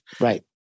Right